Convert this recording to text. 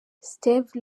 steve